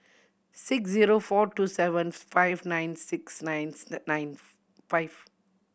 six zero four two seven five nine six nine nine five